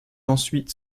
ensuite